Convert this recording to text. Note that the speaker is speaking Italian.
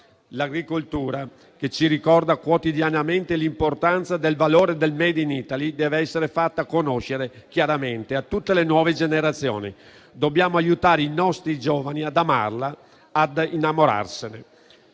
L'agricoltura, che ci ricorda quotidianamente l'importanza del valore del *made in Italy*, dev'essere fatta conoscere chiaramente a tutte le nuove generazioni; dobbiamo aiutare i nostri giovani ad amarla ad innamorarsene.